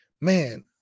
man